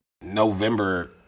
November